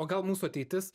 o gal mūsų ateitis